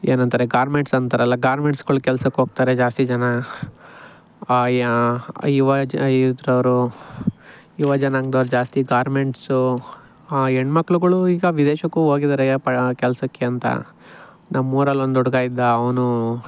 ಏನಂತರೆ garments ಅಂತಾರಲ್ಲ ಗಾರ್ಮೆಂಟ್ಸ್ಗಳ್ಗ್ ಕೆಲಸಕ್ಕೋಗ್ತಾರೆ ಜಾಸ್ತಿ ಜನ ಆ ಯ ಯುವ ಜ ಇದರವ್ರು ಯುವ ಜನಾಂಗ್ದವ್ರು ಜಾಸ್ತಿ ಗಾರ್ಮೆಂಟ್ಸು ಹೆಣ್ಮಕ್ಳುಗಳು ಈಗ ವಿದೇಶಕ್ಕೂ ಹೋಗಿದರೆ ಪ ಕೆಲಸಕ್ಕೆ ಅಂತ ನಮ್ಮೂರಲ್ಲಿ ಒಂದುಹುಡ್ಗ ಇದ್ದ ಅವನು